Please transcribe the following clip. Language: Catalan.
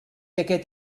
aquest